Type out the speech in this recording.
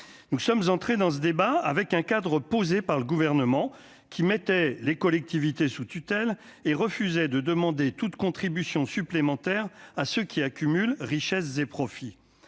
nous sommes entrés dans ce débat avec un cadre posé par le gouvernement, qui mettait les collectivités sous tutelle et refusait de demander toute contribution supplémentaire à ceux qui accumulent richesse et profits